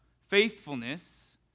faithfulness